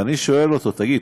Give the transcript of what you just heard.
ואני שואל אותו: תגיד,